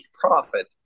profit